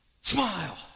smile